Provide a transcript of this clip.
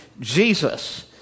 Jesus